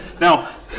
Now